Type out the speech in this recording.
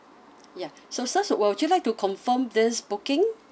ya so sir would you like to confirm this booking